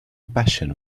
passion